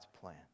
plan